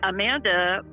Amanda